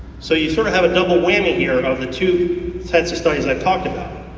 so you sort of have a double whammy here of the two sets of studies and i talked about.